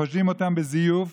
חושדים בהם בזיוף,